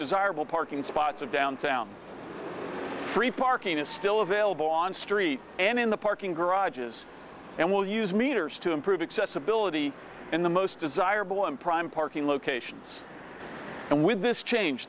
desirable parking spots of downtown free parking is still available on street and in the parking garages and will use meters to improve accessibility and the most desirable one prime parking locations and with this change